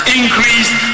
increased